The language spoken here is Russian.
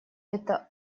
это